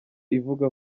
ivuga